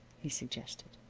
he suggested.